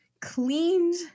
cleaned